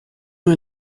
nur